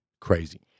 crazy